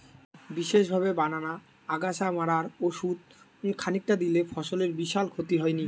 বিশেষভাবে বানানা আগাছা মারার ওষুধ খানিকটা দিলে ফসলের বিশাল ক্ষতি হয়নি